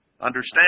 Understand